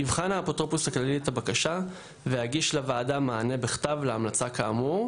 יבחן האפוטרופוס הכללי את הבקשה ויגיש לוועדה מענה בכתב להמלצה כאמור".